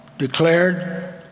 declared